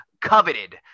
coveted